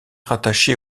rattaché